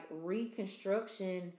reconstruction